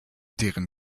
deren